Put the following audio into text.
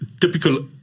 typical